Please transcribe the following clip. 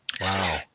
Wow